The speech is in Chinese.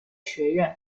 学院